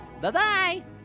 Bye-bye